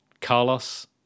carlos